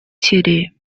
сирии